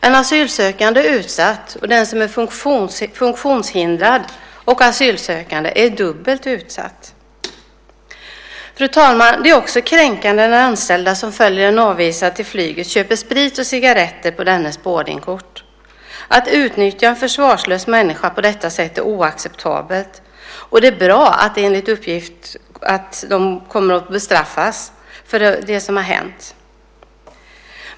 En asylsökande är utsatt, och den som är funktionshindrad och asylsökande är dubbelt utsatt. Fru talman! Det är också kränkande när anställda som följer en avvisad till flyget köper sprit och cigaretter på dennes boardingkort. Att utnyttja en försvarslös människa på detta sätt är oacceptabelt. Det är bra att dessa personer enligt uppgift kommer att bestraffas för det som har hänt.